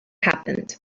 happened